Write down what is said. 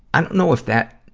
i don't know if that,